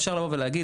אפשר לבוא ולהגיד,